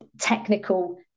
technical